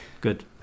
good